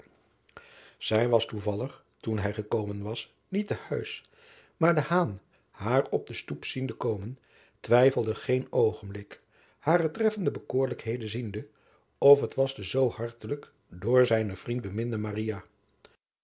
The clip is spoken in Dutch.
ij was toevallig toen hij gekomen was niet te huis maar haar op de stoep ziende komen twijfelde geen oogenblik hare treffende bekoorlijkheden ziende of het was de zoo hartelijk door zijnen vriend beminde